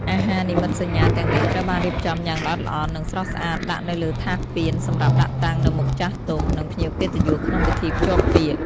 អាហារនិមិត្តសញ្ញាទាំងនេះត្រូវបានរៀបចំយ៉ាងល្អិតល្អន់ និងស្រស់ស្អាតដាក់នៅលើថាសពានសម្រាប់ដាក់តាំងនៅមុខចាស់ទុំ និងភ្ញៀវកិត្តិយសក្នុងពិធីភ្ជាប់ពាក្យ។